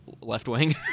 left-wing